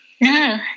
No